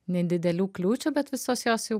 nedidelių kliūčių bet visos jos jau